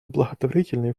благотворительный